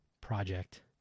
project